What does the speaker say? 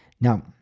Now